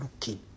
looking